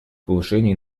повышения